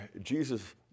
Jesus